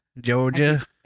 Georgia